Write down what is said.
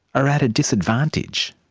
are at a disadvantage.